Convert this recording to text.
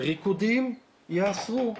ריקודים ייאסרו.